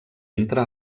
entra